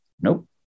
Nope